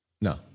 No